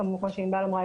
כמו שענבל אמרה,